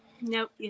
Nope